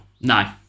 No